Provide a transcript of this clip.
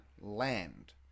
land